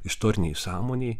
istorinėj sąmonėj